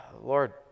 Lord